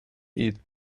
eat